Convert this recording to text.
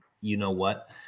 you-know-what